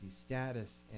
status